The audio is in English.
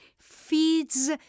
feeds